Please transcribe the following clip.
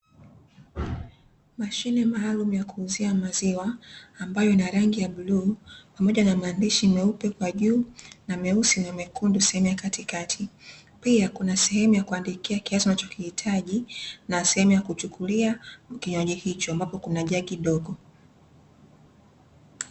Mashine maalum ya kuuzia maziwa ambayo ina rangi ya bluu pamoja na maandishi meupe kwa juu na meusi na mekundu sehemu ya katikati. Pia kuna sehemu ya kuandikia kiasi unachokihitaji na sehemu ya kuchukulia kinywaji hicho ambapo kuna jagi dogo.